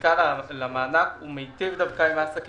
הזיקה למענק הוא מטיב דווקא עם העסקים